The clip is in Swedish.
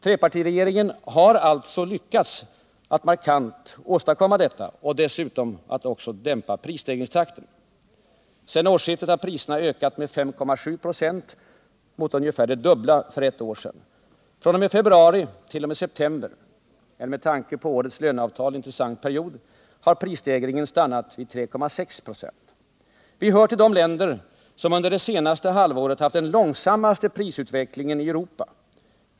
Trepartiregeringen har alltså lyckats åstadkomma detta och har dessutom markant dämpat prisstegringstakten. Sedan årsskiftet har priserna ökat med 5,7 96 mot ungefär det dubbla för ett år sedan. fr.o.m. februari t.o.m. september — en med tanke på årets löneavtal intressant period — har prisstegringen stannat vid 3,6 26. Vi hör till de länder som under det senaste halvåret haft den långsammaste prisutvecklingen i Europa.